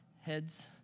heads